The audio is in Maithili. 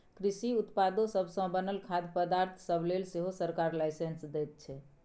कृषि उत्पादो सब सँ बनल खाद्य पदार्थ सब लेल सेहो सरकार लाइसेंस दैत छै